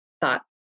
thought